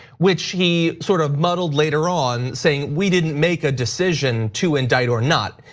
which he sort of modeled later on saying we didn't make a decision to indict or not.